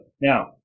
now